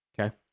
Okay